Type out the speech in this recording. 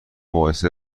مقایسه